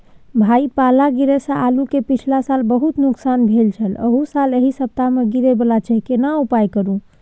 भाई पाला गिरा से आलू के पिछला साल बहुत नुकसान भेल छल अहू साल एहि सप्ताह में गिरे वाला छैय केना उपाय करू?